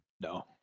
No